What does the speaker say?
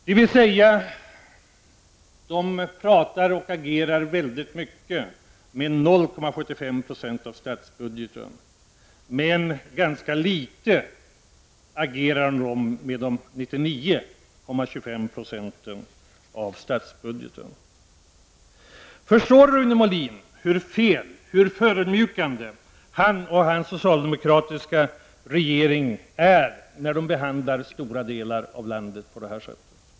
Regeringen talar och agerar alltså väldigt mycket om 0,75 96 av statsbudgeten, men den agerar mycket litet när det gäller 99,25 96 av statsbudgeten. Förstår Rune Molin hur fel och hur förödmjukande han och hans socialdemokratiska regering är när de behandlar stora delar av landet på detta sätt?